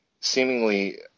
seemingly